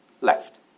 left